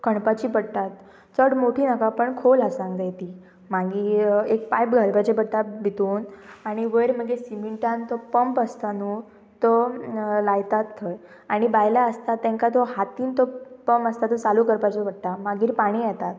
खणपाची पडटात चड मोठी नाका पण खोल आसक जाय ती मागीर एक पायप घालपाची पडटा भितून आनी वयर मागीर सिमिंटान तो पंप आसता न्हू तो लायतात थंय आनी बायलां आसता तेंकां तो हातीन तो पंप आसता तो चालू करपाचो पडटा मागीर पाणी येतात